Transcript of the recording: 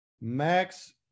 Max